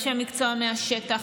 אנשי מקצוע מהשטח,